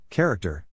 Character